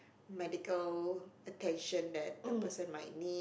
medical attention the person might need